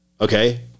Okay